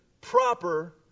proper